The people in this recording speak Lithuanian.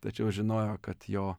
tačiau žinojo kad jo